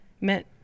meant